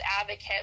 advocate